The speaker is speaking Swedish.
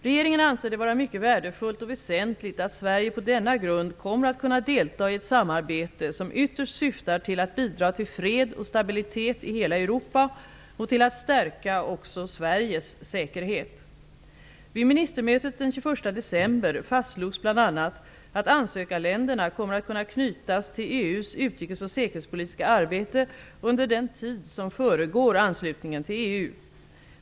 Regeringen anser det vara mycket värdefullt och väsentligt att Sverige på denna grund kommer att kunna delta i ett samarbete som ytterst syftar till att bidra till fred och stabilitet i hela Europa och till att stärka också Sveriges säkerhet. att ansökarländerna kommer att kunna knytas till EU:s utrikes och säkerhetspolitiska arbete under den tid som föregår anslutningen till EU.